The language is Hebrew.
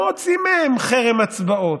זה לא הוציא מהם חרם הצבעות.